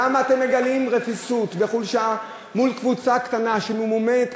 למה אתם מגלים רפיסות וחולשה מול קבוצה קטנה שממומנת,